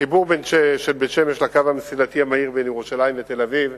החיבור של בית-שמש לקו המסילתי המהיר בין ירושלים לתל-אביב,